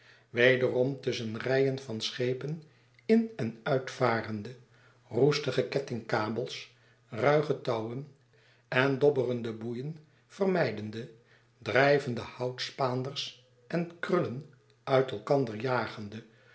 wederom tusschen rijen van schepen in en uitvarende roestige kettingkabels ruige touwen en dobberende boeien vermijdende drijvende houtspaanders en kruilen uit elkander jagende